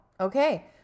okay